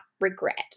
regret